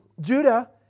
Judah